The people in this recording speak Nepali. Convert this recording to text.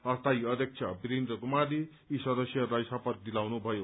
अस्थायी अध्यक्ष वीरेन्द्र कुमारले यी सदस्यहरूलाई शपथ दिलाउनुभयो